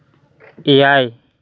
ᱮᱭᱟᱭ